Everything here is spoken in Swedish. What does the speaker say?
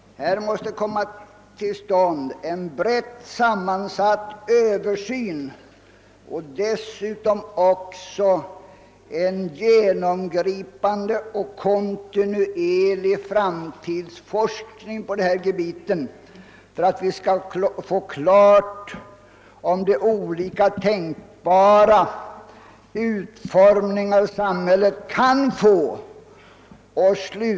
Här måste en brett sammansatt översyn komma till stånd. Dessutom har vi behov av en genomgripande och kontinuerlig framtidsforskning på dessa gebit för att vi skall få klart för oss om de olika tänkbara utformningar samhället kan erhålla också går att genomföra.